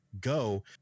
go